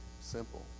Simple